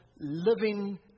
living